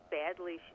badly